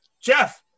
jeff